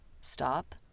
stop